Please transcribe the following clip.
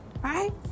Right